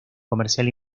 comercial